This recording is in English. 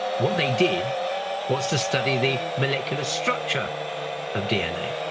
what they did was to study the molecular structure of dna.